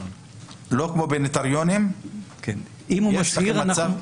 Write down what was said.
שלא כמו בנוטריונים --- אם הוא מצהיר,